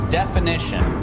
definition